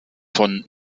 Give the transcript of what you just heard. von